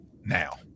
now